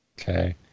Okay